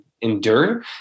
endure